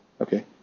Okay